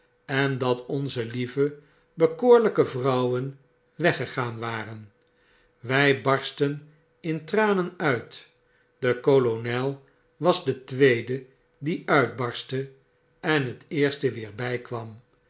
en dat onze lieve bekoorljjke vrouwen weggegaan waren wy barstten in tranen uit de kolonel was de tweede die uitbarstte en het eerst weer bykwam